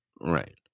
right